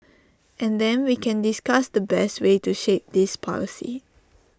and then we can discuss the best way to shape this policy